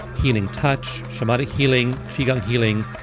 healing touch, shamanic healing, qigong healing,